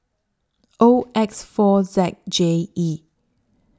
O X four Z J E